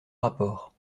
rapport